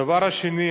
הדבר השני,